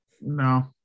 no